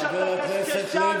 אין לך מושג.